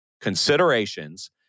considerations